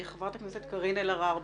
חברת הכנסת קארין אלהרר.